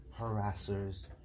harassers